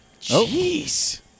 Jeez